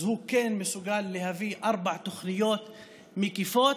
אז הוא כן מסוגל להביא ארבע תוכניות מקיפות,